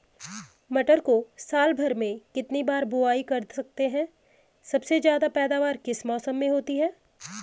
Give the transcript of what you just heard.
मटर को साल भर में कितनी बार बुआई कर सकते हैं सबसे ज़्यादा पैदावार किस मौसम में होती है?